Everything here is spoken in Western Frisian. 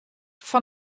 fan